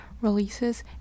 releases